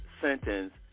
sentence